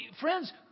Friends